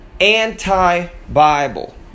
anti-Bible